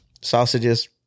sausages